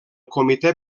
comité